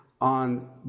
on